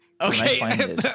Okay